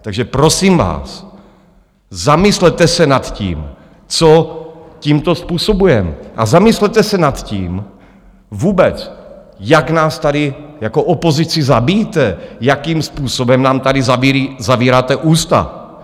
Takže prosím vás, zamyslete se nad tím, co tímto způsobujeme, a zamyslete se nad tím vůbec, jak nás tady jako opozici zabíjíte, jakým způsobem nám tady zavíráte ústa.